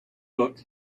book